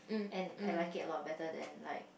and I like it a lot better than like